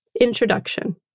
Introduction